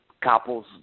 couples